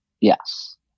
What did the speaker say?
yes